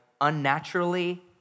unnaturally